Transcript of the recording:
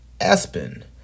Aspen